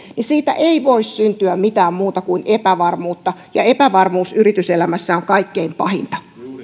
niin siitä ei voi syntyä mitään muuta kuin epävarmuutta ja epävarmuus yrityselämässä on kaikkein pahinta